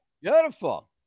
Beautiful